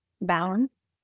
balance